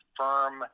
firm